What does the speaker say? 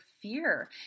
fear